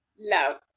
Love